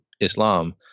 Islam